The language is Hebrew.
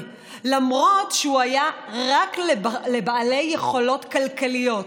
למרות שהוא היה רק לבעלי יכולות כלכליות.